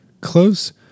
Close